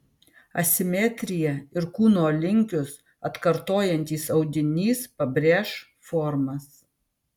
asimetrija ir kūno linkius atkartojantis audinys pabrėš formas